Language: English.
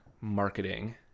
Marketing